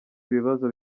ibibazo